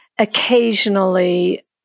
Occasionally